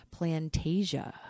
Plantasia